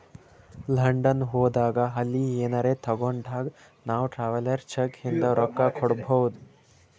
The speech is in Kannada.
ಲಂಡನ್ ಹೋದಾಗ ಅಲ್ಲಿ ಏನರೆ ತಾಗೊಂಡಾಗ್ ನಾವ್ ಟ್ರಾವೆಲರ್ಸ್ ಚೆಕ್ ಇಂದ ರೊಕ್ಕಾ ಕೊಡ್ಬೋದ್